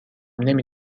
نمی